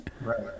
right